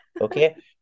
Okay